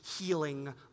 healing